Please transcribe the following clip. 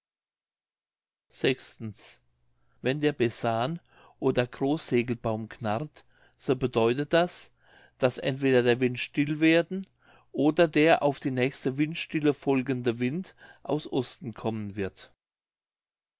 wenn der besan oder großsegel baum knarrt so bedeutet das daß entweder der wind still werden oder der auf die nächste windstille folgende wind aus osten kommen wird